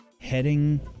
heading